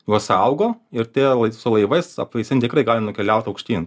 juos saugo ir tie su laivais apvaisint tikrai gali nukeliaut aukštyn